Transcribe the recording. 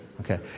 Okay